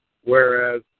Whereas